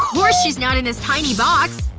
course she's not in this tiny box